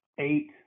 eight